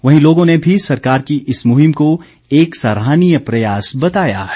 वहीं लोगों ने भी सरकार की इस मुहिम को एक सराहनीय प्रयास बताया है